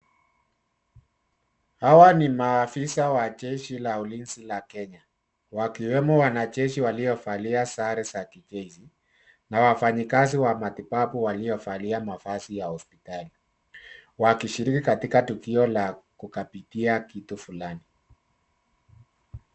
Hawa ni maafisa wa jeshi la ulinzi la Kenya, wakiwemo wanajeshi waliovalia sare za kijeshi na wafanyikazi wa matibabu waliovalia mavazi ya hospitali wakishiriki katika tukio la kukabidhia kitu fulani.